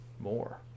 more